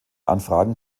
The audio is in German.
anfragen